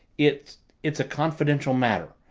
it it's a confidential matter.